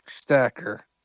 stacker